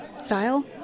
Style